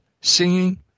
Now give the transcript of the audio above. singing